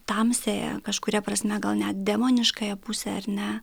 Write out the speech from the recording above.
tamsiąją kažkuria prasme gal net demoniškąją pusę ar ne